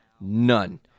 None